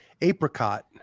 Apricot